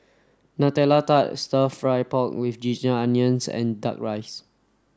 nutella tart stir fry pork with ginger onions and duck rice